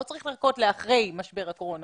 ולא צריך לחכות לאחרי משבר הקורונה.